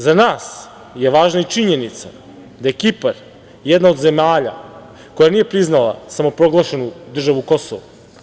Za nas je važna i činjenica da je Kipar jedna od zemalja koja nije priznala samoproglašenu državu Kosovo.